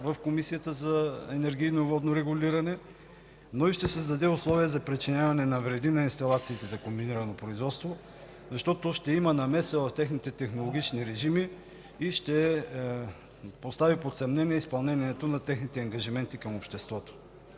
в Комисията за енергийно и водно регулиране, но и ще създаде условия за причиняване на вреди на инсталациите за комбинирано производство, защото ще има намеса в техните технологични режими и ще постави под съмнение изпълнението на техните ангажименти към обществото.